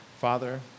Father